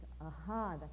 aha